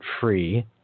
free